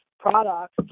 Products